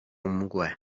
mgłę